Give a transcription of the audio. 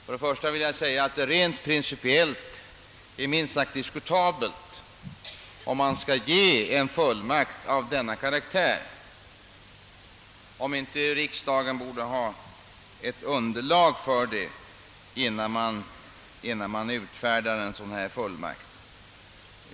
Till att börja med är det rent principiellt minst sagt diskutabelt om en fullmakt av denna karaktär skall utfärdas och om inte riksdagen borde ha underlag för ett beslut om sådan fullmakt.